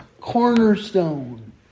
cornerstone